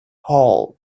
hole